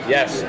Yes